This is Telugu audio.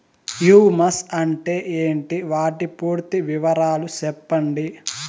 హ్యూమస్ అంటే ఏంటి? వాటి పూర్తి వివరాలు సెప్పండి?